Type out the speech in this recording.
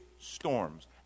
storms